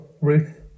Ruth